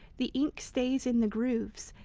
the ink stays in the grooves,